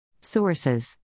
Sources